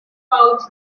pouch